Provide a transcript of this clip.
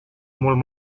mult